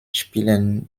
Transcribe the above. spielen